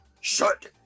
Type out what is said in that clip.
Shut